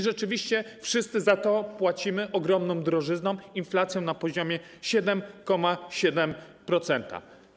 Rzeczywiście wszyscy za to płacimy ogromną drożyzną, inflacją na poziomie 7,7%.